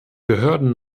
behörden